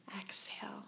exhale